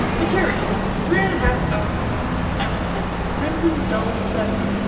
materials three and a half ounces ounces crimson double sefar,